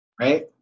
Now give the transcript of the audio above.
right